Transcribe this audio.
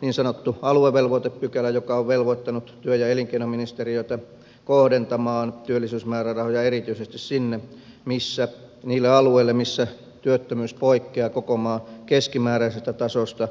niin sanottua aluevelvoitepykälää joka on velvoittanut työ ja elinkeinoministeriötä kohdentamaan työllisyysmäärärahoja erityisesti niille alueille missä työttömyys poikkeaa koko maan keskimääräisestä tasosta